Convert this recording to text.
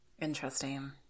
Interesting